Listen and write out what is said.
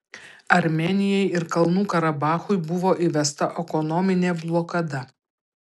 armėnijai ir kalnų karabachui buvo įvesta ekonominė blokada